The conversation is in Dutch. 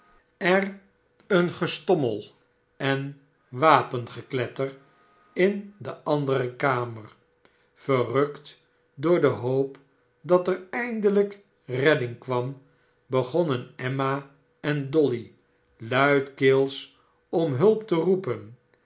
er een gestommel en wapengekletter in de andere kamer verrukt door de hoop dat er eindelijk redding kwam begonnen emma en dolly mdkeels om hulp te roepen